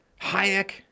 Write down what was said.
Hayek